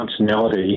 functionality